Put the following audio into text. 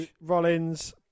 Rollins